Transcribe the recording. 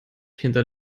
hinter